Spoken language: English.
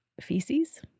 feces